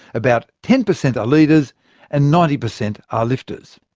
about ten per cent are leaders and ninety per cent are lifters.